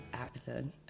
Episode